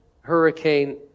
Hurricane